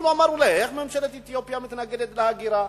אנחנו אמרנו, איך ממשלת אתיופיה מתנגדת להגירה?